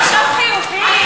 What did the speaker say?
לחשוב חיובי.